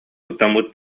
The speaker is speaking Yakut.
куттаммыт